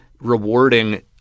rewarding